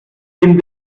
dem